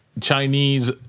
Chinese